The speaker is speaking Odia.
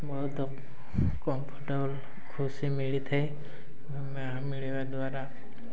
ବହୁତ କମ୍ଫର୍ଟେବଲ୍ ଖୁସି ମିଳିଥାଏ ମିଳିବା ଦ୍ୱାରା